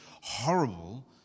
horrible